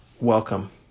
welcome